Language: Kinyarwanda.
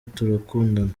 turakundana